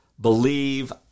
believe